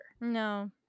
No